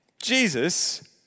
Jesus